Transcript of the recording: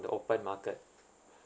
the open market